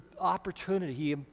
opportunity